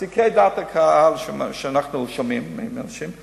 סקרי דעת הקהל שאנחנו שומעים מאנשים,